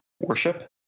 worship